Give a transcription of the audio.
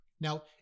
Now